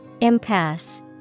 Impasse